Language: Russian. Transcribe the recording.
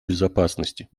безопасности